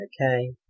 okay